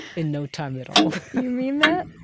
in no time at all. you mean that?